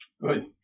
Good